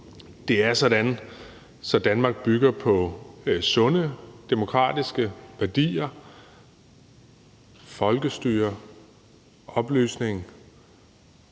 Det er sådan, at Danmark bygger på sunde demokratiske værdier: folkestyre, oplysning,